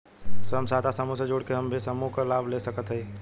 स्वयं सहायता समूह से जुड़ के हम भी समूह क लाभ ले सकत हई?